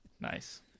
Nice